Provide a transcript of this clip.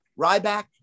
Ryback